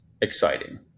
exciting